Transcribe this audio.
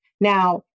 Now